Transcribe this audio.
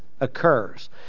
occurs